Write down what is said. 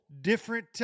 different